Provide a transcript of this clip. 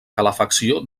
calefacció